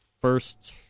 first